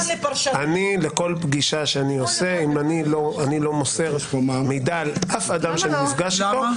אני לא מוסר מידע על אף אדם שאני נפגש איתו.